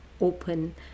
open